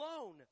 alone